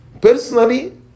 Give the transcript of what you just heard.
personally